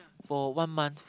for one month